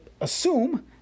assume